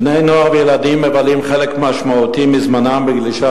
בני-נוער וילדים מבלים חלק משמעותי מזמנם בגלישה